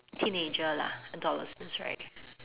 teenager lah adolescence right